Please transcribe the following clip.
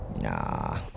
Nah